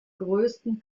größten